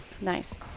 Nice